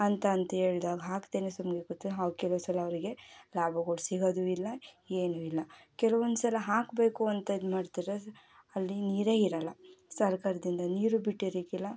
ಅಂತಂತ ಹೇಳ್ದಾಗ್ ಹಾಕದೇನೆ ಸುಮ್ಮನೆ ಕೂತು ಅವು ಕೆಲವು ಸಲ ಅವರಿಗೆ ಲಾಭಗಳು ಸಿಗೋದು ಇಲ್ಲ ಏನು ಇಲ್ಲ ಕೆಲವೊಂದು ಸಲ ಹಾಕಬೇಕು ಅಂತ ಇದು ಮಾಡ್ತಾರೆ ಅಲ್ಲಿ ನೀರೇ ಇರೋಲ್ಲ ಸರ್ಕಾರದಿಂದ ನೀರು ಬಿಟ್ಟಿರಾಕಿಲ್ಲ